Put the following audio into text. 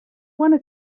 wanna